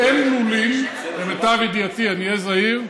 אין לולים, למיטב ידיעתי, אני אהיה זהיר,